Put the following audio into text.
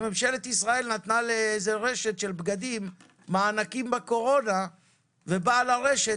ממשלת ישראל נתנה לרשת של בגדים מענקים בקורונה ובעל הרשת